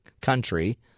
country